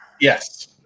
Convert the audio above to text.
yes